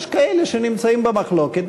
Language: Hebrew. יש כאלה שנמצאים במחלוקת,